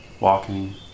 walking